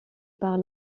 par